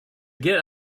get